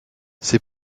c’est